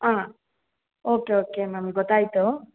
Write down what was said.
ಆಂ okay okay ma'am ಗೊತ್ತಾಯ್ತು